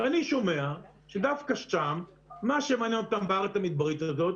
ואני שומע שדווקא שם מה שמעניין אותם בארץ המדברית הזאת,